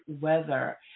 weather